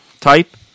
type